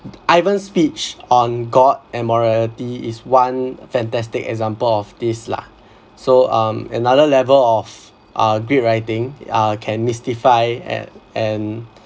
ivan's speech on god and morality is one fantastic example of this lah so um another level of a great writing uh can mystify and